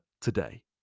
today